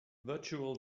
virtual